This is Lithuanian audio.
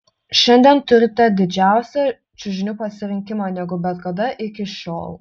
šiandien turite didžiausią čiužinių pasirinkimą negu bet kada iki šiol